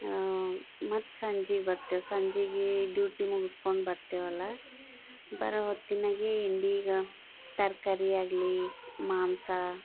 ಮತ್ತು ಸಂಜೆಗೆ ಬರ್ತೇವೆ ಸಂಜೆಗೆ ಡ್ಯುಟಿ ಮುಗಿಸ್ಕೊಂಡು ಬರ್ತೇವಲ್ಲ ಬರುವ ಹೊತ್ತಿನಾಗೇ ಏನು ಭೀ ಈಗ ತರಕಾರಿ ಆಗಲಿ ಮಾಂಸ